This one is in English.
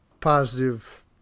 positive